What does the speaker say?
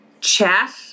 Chat